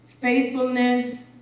faithfulness